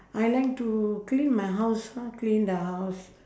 I like to clean my house ah clean the house